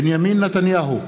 בנימין נתניהו,